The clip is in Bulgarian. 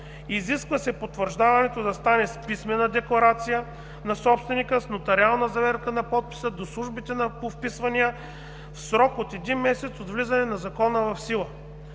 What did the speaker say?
Изисква се потвърждаването да стане с писмена декларация на собственика с нотариална заверка на подписа до службите по вписвания в срок от един месец от влизане на закона в сила.